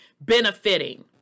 benefiting